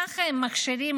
ככה הם מכשירים